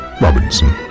Robinson